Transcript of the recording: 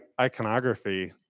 iconography